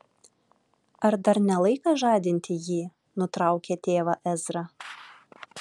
ar dar ne laikas žadinti jį nutraukė tėvą ezra